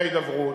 בין העובדות,